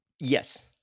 Yes